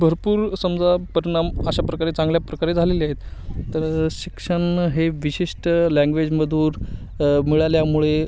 भरपूर समजा परिणाम अशा प्रकारे चांगल्या प्रकारे झालेले आहेत तर शिक्षण हे विशिष्ट लँग्वेजमधूर मिळाल्यामुळे